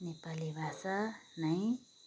नेपाली भाषा नै